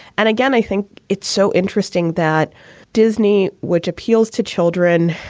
and again, i think it's so interesting that disney, which appeals to children,